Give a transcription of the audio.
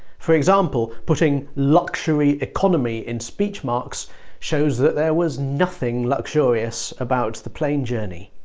for example, putting luxury economy in speech marks shows that there was nothing luxurious about the plane journey.